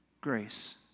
Grace